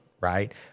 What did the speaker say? right